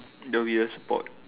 the rear support